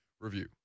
review